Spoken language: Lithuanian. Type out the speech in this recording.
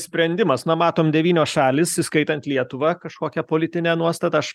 sprendimas na matom devynios šalys įskaitant lietuvą kažkokią politinę nuostatą aš